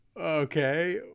okay